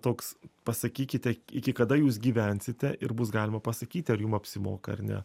toks pasakykite iki kada jūs gyvensite ir bus galima pasakyti ar jum apsimoka ar ne